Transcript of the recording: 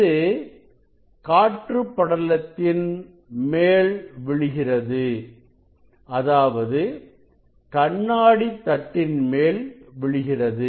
இது காற்று படலத்தில் மேல் விழுகிறது அதாவது கண்ணாடி தட்டின் மேல் விழுகிறது